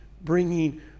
bringing